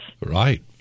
Right